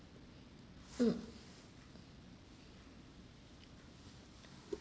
mm